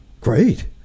Great